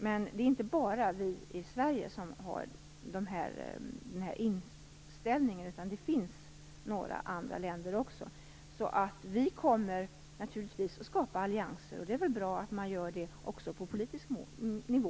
Men det är inte bara vi i Sverige som har denna inställning, utan det har några andra länder också. Vi kommer naturligtvis att skapa allianser, och det är väl bra att man gör det också på politisk nivå.